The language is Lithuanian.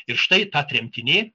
ir štai ta tremtinė